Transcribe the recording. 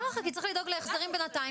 ככה, כי צריך לדאוג להחזרים בינתיים,